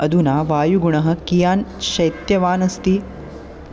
अधुना वायुगुणः कियान् शैत्यवान् अस्ति